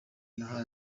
nahaye